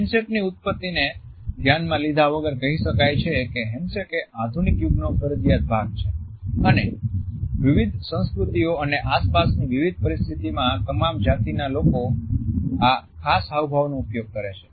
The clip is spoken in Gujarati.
હેન્ડશેકની ઉત્પતિને ધ્યાનમાં લીધા વગર કહી શકાય છે કે હેન્ડશેક એ આધુનિક યુગનો ફરજિયાત ભાગ છે અને વિવિધ સંસ્કૃતિઓ અને આસપાસની વિવિધ પરિસ્થિતિમાં તમામ જાતિના લોકો આ ખાસ હાવભાવનો ઉપયોગ કરે છે